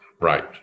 right